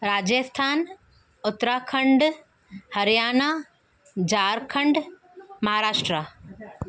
Rajasthan Uttarakhand Haryana Jharkhand Maharashtra